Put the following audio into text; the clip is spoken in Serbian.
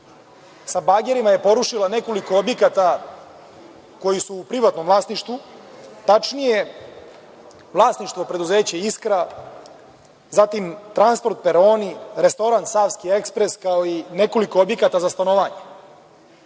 sa bagerima je porušila nekoliko objekata koji su u privatnom vlasništvu, tačnije vlasništvo preduzeća „Iskra“, zatim „Transport peroni“, restoran „Savski ekspres“, kao i nekoliko objekata za stanovanje. Policija